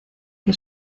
que